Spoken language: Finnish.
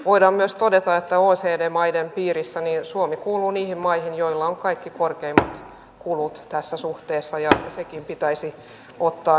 voidaan myös todeta että oecd maiden piirissä suomi kuuluu niihin maihin joilla on kaikkein korkeimmat kulut tässä suhteessa ja sekin pitäisi ottaa nyt huomioon